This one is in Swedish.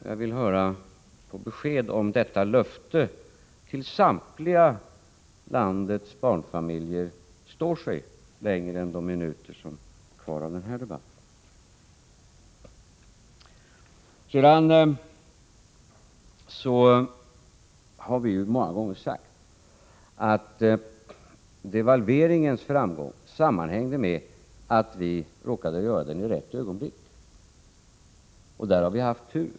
Jag vill få ett besked: Kommer detta löfte till samtliga landets barnfamiljer att stå sig längre än de minuter som den här debatten varar? Vi har många gånger sagt att framgången med devalveringen sammanhängde med att vi råkade devalvera i rätt ögonblick — där har vi haft tur.